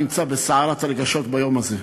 אני נמצא בסערת רגשות ביום הזה,